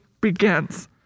begins